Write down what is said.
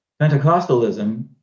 Pentecostalism